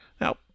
Now